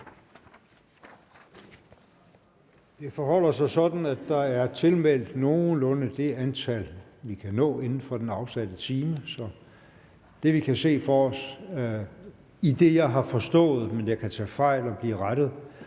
Det forholder sig sådan, at der er tilmeldt nogenlunde det antal korte bemærkninger, vi kan nå inden for den afsatte time. Så det, vi kan se for os – som jeg har forstået det, men jeg kan tage fejl og blive rettet